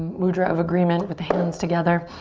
mudra of agreement with the hands together.